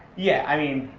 yeah, i mean,